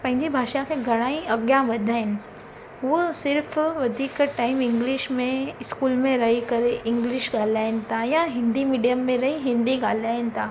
पंहिंजी भाषा खे घणेई अॻियां वधाइनि उहा सिर्फ़ु वधीक टाइम इंग्लिश में इस्कूल में रही करे इंग्लिश ॻाल्हाइनि था या हिंदी मीडियम में रही हिंदी ॻाल्हाइनि था